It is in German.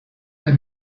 der